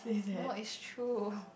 no is true